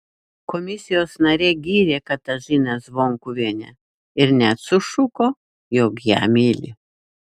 komisijos narė gyrė katažiną zvonkuvienę ir net sušuko jog ją myli